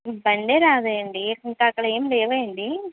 ఇబ్బంది రాదేయండి ఏంటి ఇంకా అక్కడ ఏమి లేవా అండి